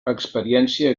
experiència